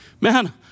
man